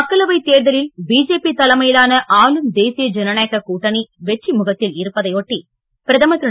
மக்களவை தேர்தலில் பிஜேபி தலைமையிலான ஆளும் தேசிய ஜனநாயக கூட்டணி வெற்றி முகத்தில் இருப்பதை ஒட்டி பிரதமர் திரு